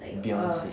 beyonce